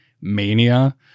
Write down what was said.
mania